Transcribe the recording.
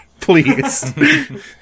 Please